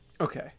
Okay